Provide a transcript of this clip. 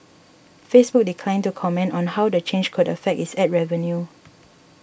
Facebook declined to comment on how the change could affect its ad revenue